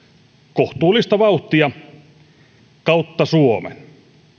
kohtuullista vauhtia kautta suomen